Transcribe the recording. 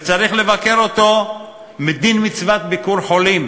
וצריך לבקר אותו מדין מצוות ביקור חולים,